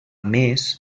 més